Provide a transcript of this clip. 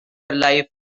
life